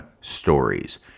Stories